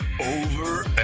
Over